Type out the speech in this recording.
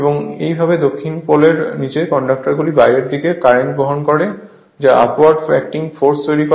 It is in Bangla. একইভাবে দক্ষিণ পোলর নীচের কন্ডাক্টরগুলি বাইরের দিকে কারেন্ট বহন করে যা আপওয়ার্ড অ্যাক্টিং ফোর্স তৈরি করে